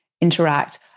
interact